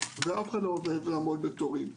אף אחד לא אוהב לעמוד בתורים.